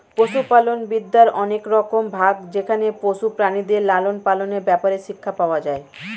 পশুপালন বিদ্যার অনেক রকম ভাগ যেখানে পশু প্রাণীদের লালন পালনের ব্যাপারে শিক্ষা পাওয়া যায়